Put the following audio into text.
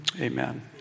amen